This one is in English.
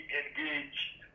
engaged